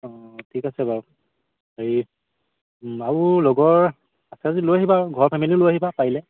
অঁ ঠিক আছে বাৰু হেৰি আৰু লগৰ আছে যদি লৈ আহিবা আৰু ঘৰৰ ফেমিলিও লৈ আহিবা পাৰিলে